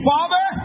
Father